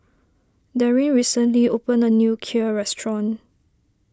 Daryn recently opened a new Kheer restaurant